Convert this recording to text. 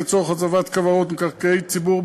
לצורך הצבת כוורות במקרקעי ציבור,